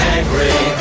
angry